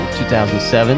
2007